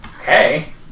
Hey